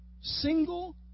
single